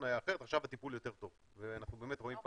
שהיו נכנסים היו מתים, וכבר דיברנו על